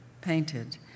painted